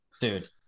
Dude